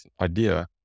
idea